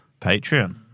Patreon